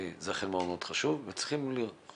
זה אכן מאוד מאוד חשוב וצריכים לראות